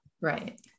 Right